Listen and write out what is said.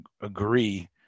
agree